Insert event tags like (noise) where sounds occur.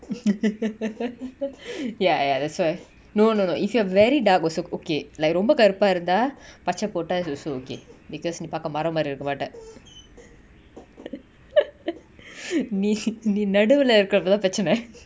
(laughs) ya ya that's why no no no if you are very dark also okay like ரொம்ப கருப்பா இருந்தா பச்ச போட்டா:romba karupa iruntha pacha pota it so okay because நீ பக்கோ மார்ர மாரி இருக்கு:nee pakko maarra mari iruku but a (laughs) நீ:nee (noise) நீ நடுவுல இருக்குரப்போதா பெரச்சன:nee naduvula irukurapotha perachana